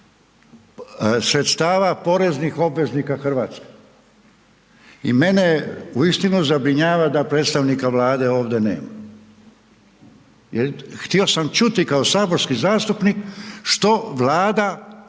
sredstava poreznih obveznika RH. I mene uistinu zabrinjava da predstavnika Vlade ovdje nema. Jer htio sam čuti kao saborski zastupnik što Vlada,